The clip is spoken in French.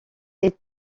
est